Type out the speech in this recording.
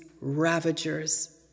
ravagers